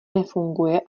nefunguje